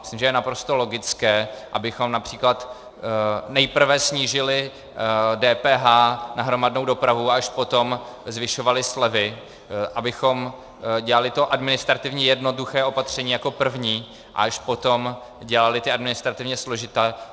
Myslím, že je naprosto logické, abychom například nejprve snížili DPH na hromadnou dopravu a až potom zvyšovali slevy, abychom dělali to administrativně jednoduché opatření jako první a až potom dělali ta administrativně složitá.